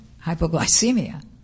hypoglycemia